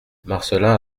marcelin